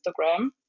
instagram